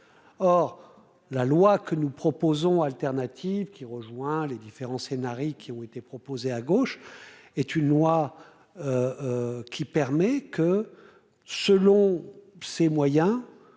hors la loi que nous proposons alternative qui rejoint les différents scénarii qui ont été proposées à gauche est une loi qui permet que selon ses moyens